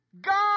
God